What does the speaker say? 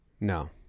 No